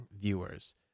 viewers